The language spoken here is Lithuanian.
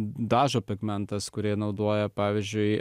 dažo pigmentas kurie naudoja pavyzdžiui